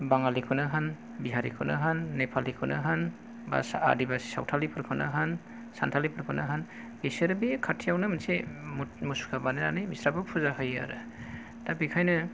बाङालिखौनो होन बिहारिखौनो होन नेफालिखौनो होन बा आदिबासि सावथालिखौनो होन सानथालिफोरखौनो होन बिसोर बे खाथियावनो मोनसे मुसुखा बानायनानै बिस्राबो फुजा होयो आरो दा बेखायनो